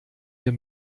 wir